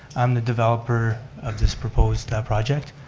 i'm the developer of this proposed project.